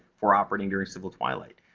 for operating during civil twilight,